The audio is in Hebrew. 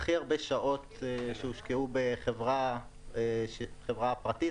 הכי הרבה שעות שהושקעו בחברה פרטית,